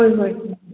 ꯍꯣꯏ ꯍꯣꯏ